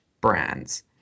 brands